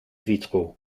vitraux